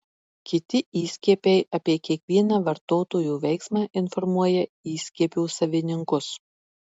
kiti įskiepiai apie kiekvieną vartotojo veiksmą informuoja įskiepio savininkus